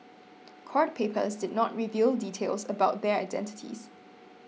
court papers did not reveal details about their identities